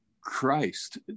Christ